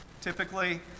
typically